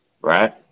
right